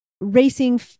racing